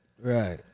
Right